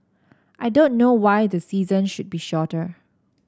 I don't know why the season should be shorter